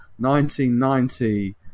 1990